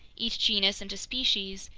each genus into species,